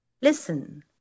listen